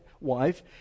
wife